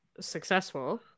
successful